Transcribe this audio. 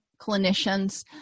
clinicians